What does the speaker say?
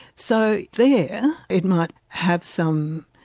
so there, it might have some,